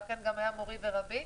שאכן גם היה מורי ורבי.